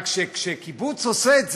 רק שכשקיבוץ עושה את זה,